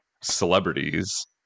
celebrities